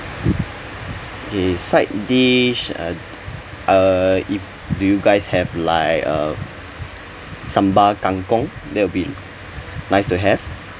okay side dish uh uh if do you guys have like uh sambal kangkong that will be nice to have